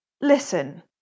Listen